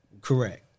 Correct